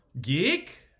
Geek